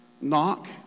Knock